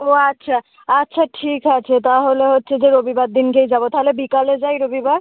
ও আচ্ছা আচ্ছা ঠিক আছে তাহলে হচ্ছে যে রবিবার দিনকেই যাবো তাহলে বিকালে যাই রবিবার